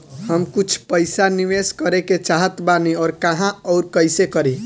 हम कुछ पइसा निवेश करे के चाहत बानी और कहाँअउर कइसे करी?